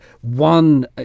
One